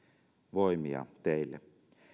voimia teille